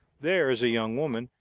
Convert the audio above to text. there is a young woman.